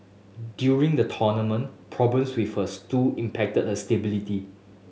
during the tournament problems with her stool impacted her stability